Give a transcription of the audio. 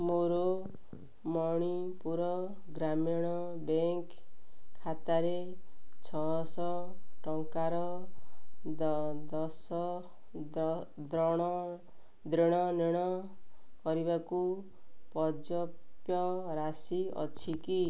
ମୋର ମଣିପୁର ଗ୍ରାମୀଣ ବ୍ୟାଙ୍କ ଖାତାରେ ଛଅଶହ ଟଙ୍କାର ଦଶ ଦେଣନେଣ କରିବାକୁ ପର୍ଯ୍ୟାପ୍ତ ରାଶି ଅଛି କି